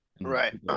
right